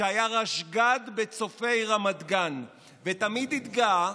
שהיה רשג"ד בצופי רמת גן, ותמיד התגאה